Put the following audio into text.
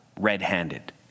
red-handed